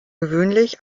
gewöhnlich